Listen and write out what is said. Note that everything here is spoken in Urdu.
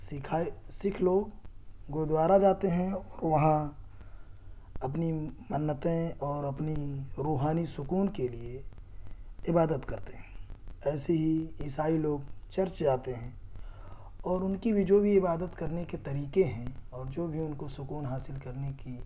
سکھائی سکھ لوگ گوردوارا جاتے ہیں اور وہاں اپنی منتیں اور اپنی روحانی سکون کے لیے عبادت کرتے ہیں ایسے ہی عیسائی لوگ چرچ جاتے ہیں اور ان کی بھی جو بھی عبادت کر نے کے طریقے ہیں اور جو بھی ان کو سکون حاصل کر نے کی